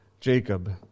Jacob